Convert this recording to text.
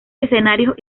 escenarios